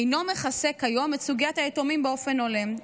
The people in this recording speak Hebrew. אינו מכסה כיום את סוגיית היתומים באופן הולם.